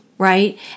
right